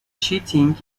cheating